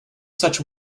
such